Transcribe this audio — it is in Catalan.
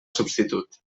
substitut